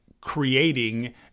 creating